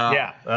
yeah,